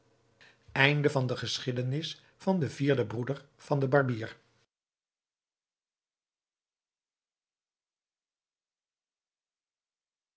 broeder geschiedenis van den vierden broeder van den barbier